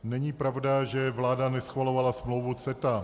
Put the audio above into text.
Není pravda, že vláda neschvalovala smlouvu CETA.